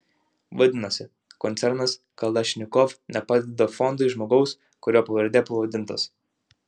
vadinasi koncernas kalašnikov nepadeda fondui žmogaus kurio pavarde pavadintas